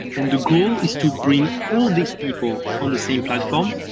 and the goal is to bring all these people on the same platform,